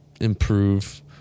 improve